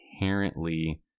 inherently